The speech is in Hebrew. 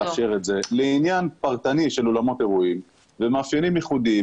לעניין הפרטני של אולמות אירועים ומאפיינים ייחודיים,